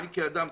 כאדם,